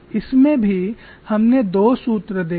इसमें भी हमने दो सूत्र देखे